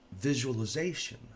visualization